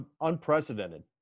unprecedented